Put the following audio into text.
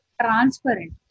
transparent